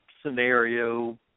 scenario